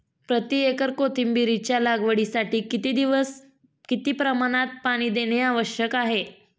प्रति एकर कोथिंबिरीच्या लागवडीसाठी किती दिवस किती प्रमाणात पाणी देणे आवश्यक आहे?